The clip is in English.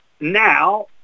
now